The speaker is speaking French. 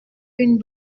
une